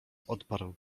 odparł